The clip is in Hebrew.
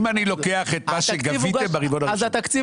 אם אני לוקח את מה שגביתם ברבעון הראשון התקציב